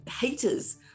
haters